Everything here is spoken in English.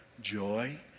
joy